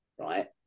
right